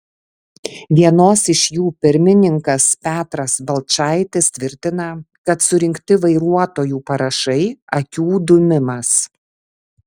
vienos iš jų pirmininkas petras balčaitis tvirtina kad surinkti vairuotojų parašai akių dūmimas